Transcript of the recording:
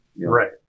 Right